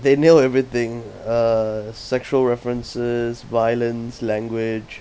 they nailed everything uh sexual references violence language